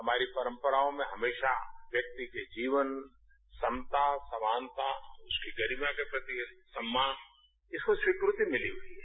हमारी परंपराओं में हमेशा व्यकति के जीवन क्षमता समानता उसकी गरिया के प्रति सम्मान इसमें स्वीकृति मिली हुई है